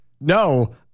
No